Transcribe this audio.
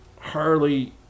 Harley